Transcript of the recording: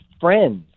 friends